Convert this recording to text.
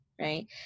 right